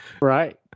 Right